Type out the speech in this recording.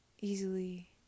easily